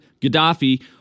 Gaddafi